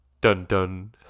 Dun-dun